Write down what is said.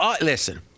Listen